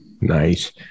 nice